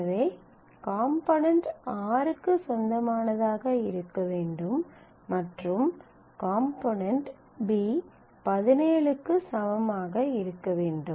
எனவே component r க்கு சொந்தமானதாக இருக்க வேண்டும் மற்றும் காம்போனென்ட் b 17 க்கு சமமாக இருக்க வேண்டும்